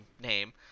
name